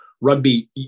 Rugby